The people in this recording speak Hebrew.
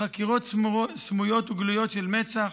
חקירות סמויות וגלויות של מצ"ח,